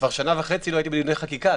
כבר שנה וחצי לא הייתי בדיוני חקיקה,